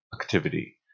activity